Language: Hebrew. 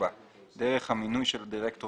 דרך המינוי של דירקטור,